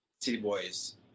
T-Boys